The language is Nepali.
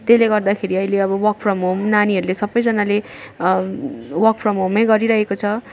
त्यसले गर्दाखेरि अहिले अब वर्क फ्रम होम नानीहरूले सबजनाले वर्क फ्रम होम गरिरहेको छ